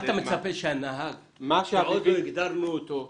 אתה מצפה שהנהג שעוד לא הגדרנו אותו,